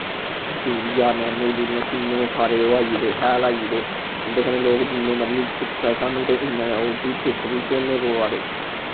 urea ने लोग urea किन्ने सारे ओह् आई गेदे हैल आई गेदे उंदे कन्नै लोग जिन्ने मतलब सुख ऐ सानू ते इ'न्ना गै ओह् दुक्ख बी झल्लने पवा दे